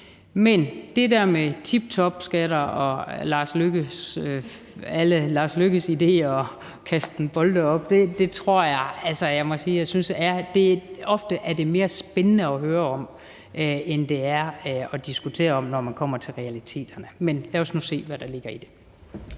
Men det der med toptopskat og alle udenrigsministerens idéer og kasten bolde op synes jeg ofte er mere spændende at høre om, end det er at diskutere, når man kommer til realiteterne. Men lad os nu se, hvad der ligger i det.